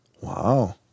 Wow